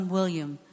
William